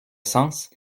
sens